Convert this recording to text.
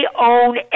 own